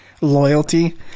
loyalty